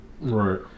right